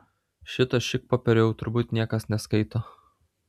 šito šikpopierio jau turbūt niekas neskaito